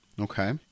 Okay